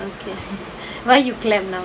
when you cram now